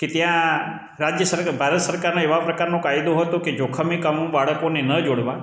કે ત્યાં રાજ્ય સરકાર ભારત સરકારનાં એવા પ્રકારનો કાયદો હતો કે જોખમી કામો બાળકોને ન જોડવા